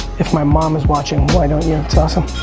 if my mom is watching, why don't you? it's awesome.